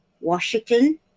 Washington